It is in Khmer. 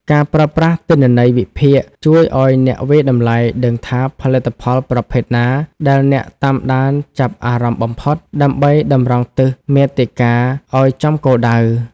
ការប្រើប្រាស់ទិន្នន័យវិភាគ ជួយឱ្យអ្នកវាយតម្លៃដឹងថាផលិតផលប្រភេទណាដែលអ្នកតាមដានចាប់អារម្មណ៍បំផុត ដើម្បីតម្រង់ទិសមាតិកាឱ្យចំគោលដៅ។